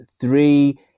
three